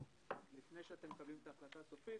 וזה לפני שאתם מקבלים את ההחלטה הסופית,